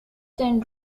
then